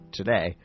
today